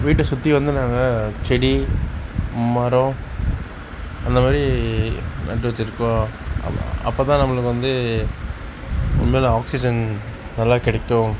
வீட்டை சுற்றி வந்து நாங்கள் செடி மரம் அந்தமாதிரி நட்டு வச்சிருக்கோம் அப்போதான் நம்மளுக்கு வந்து உண்மைலேயே ஆக்சிஜன் நல்லா கிடைக்கும்